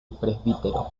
presbiterio